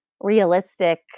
realistic